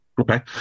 Okay